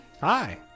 Hi